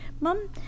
mom